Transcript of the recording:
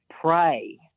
pray